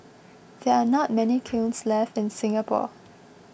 there are not many kilns left in Singapore